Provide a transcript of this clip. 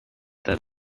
that